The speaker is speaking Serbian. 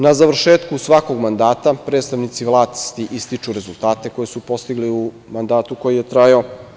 Na završetku svakog mandata, predstavnici vlasti ističu rezultate koje su postigli u mandatu koji je trajao.